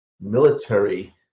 military